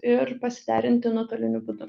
ir pasiderinti nuotoliniu būdu